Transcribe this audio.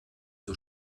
zur